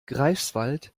greifswald